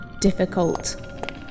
Difficult